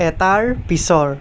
এটাৰ পিছৰ